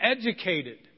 educated